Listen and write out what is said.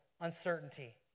uncertainty